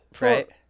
right